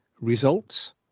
results